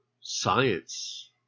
science